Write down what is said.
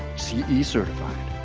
ce yeah certified.